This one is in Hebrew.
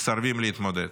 מסרבים להתמודד.